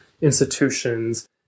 institutions